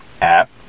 app